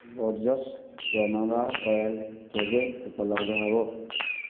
Borges canola oil କେବେ ଉପଲବ୍ଧ ହେବ